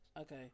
Okay